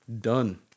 done